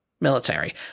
military